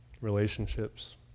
relationships